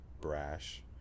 brash